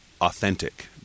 authentic